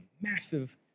massive